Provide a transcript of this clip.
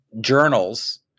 journals